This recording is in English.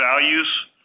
values